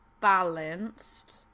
balanced